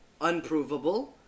unprovable